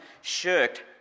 shirked